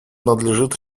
надлежит